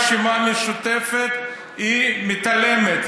הרשימה המשותפת מתעלמת,